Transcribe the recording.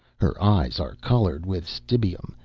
her eyes are coloured with stibium,